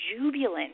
jubilant